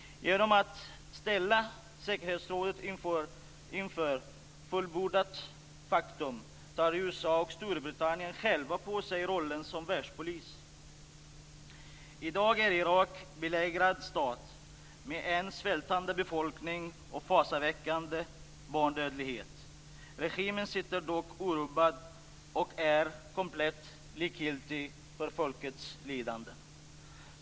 Genom att ställa säkerhetsrådet inför fullbordat faktum tar USA och Storbritannien själva på sig rollen som världspolis. I dag är Irak en belägrad stat med en svältande befolkning och fasaväckande barnadödlighet. Regimen sitter dock orubbad och är komplett likgiltig för folkets lidande.